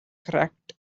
cracked